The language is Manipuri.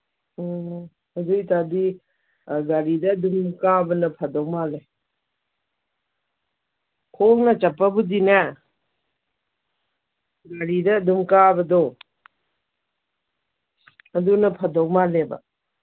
ꯎꯝ ꯑꯗꯨꯏ ꯑꯣꯏ ꯇꯥꯔꯗꯤ ꯒꯥꯔꯤꯗ ꯑꯗꯨꯝ ꯀꯥꯕꯅ ꯐꯗꯧ ꯃꯥꯜꯂꯦ ꯈꯣꯡꯅ ꯆꯠꯄꯕꯨꯗꯤꯅꯦ ꯒꯥꯔꯤꯗ ꯑꯗꯨꯝ ꯀꯥꯕꯗꯣ ꯑꯗꯨꯅ ꯐꯗꯧ ꯃꯥꯜꯂꯦꯕ